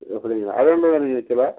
அப்டிங்களா அது என்ன விலைங்க கிலோ